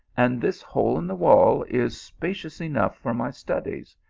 and this hole in the wall is spacious enough for my studies,